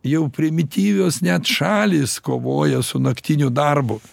jau primityvios net šalys kovoja su naktiniu darbu